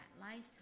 lifetime